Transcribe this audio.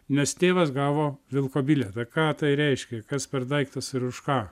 nes tėvas gavo vilko bilietą ką tai reiškia kas per daiktas ir už ką